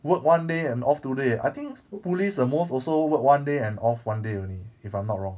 work one day and off two day I think police the most also work one day and off one day only if I'm not wrong